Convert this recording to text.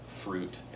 fruit